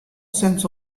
sense